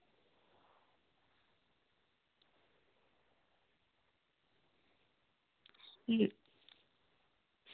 अं